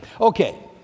Okay